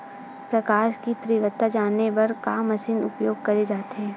प्रकाश कि तीव्रता जाने बर का मशीन उपयोग करे जाथे?